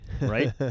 Right